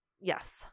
Yes